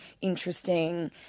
interesting